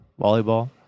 volleyball